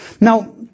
Now